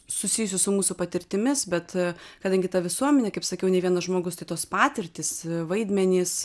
susijusi su mūsų patirtimis bet kadangi ta visuomenė kaip sakiau ne vienas žmogus tai tos patirtys vaidmenys